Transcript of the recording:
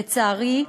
לצערי,